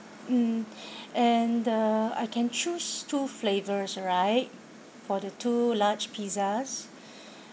mm and uh I can choose two flavors right for the two large pizzas